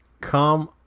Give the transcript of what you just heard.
Come